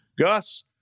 Gus